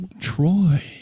Troy